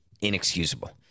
Inexcusable